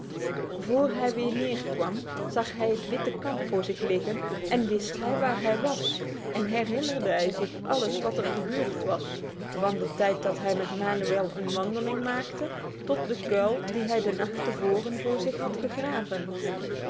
voor hij weer neerkwam zag hij het witte kamp voor zich liggen en wist hij waar hij was en herinnerde hij zich alles wat er gebeurd was van de tijd dat hij met manuel een wandeling maakte tot de kuil die hij de nacht te voren voor zich had gegraven